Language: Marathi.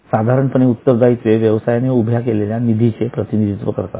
साधारणपणे उत्तरदायित्वे व्यवसायाने उभ्या केलेल्या निधीचे प्रतिनिधित्व करतात